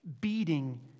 beating